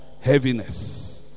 heaviness